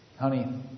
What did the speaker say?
Honey